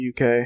UK